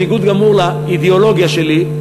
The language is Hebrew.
בניגוד גמור לאידיאולוגיה שלי,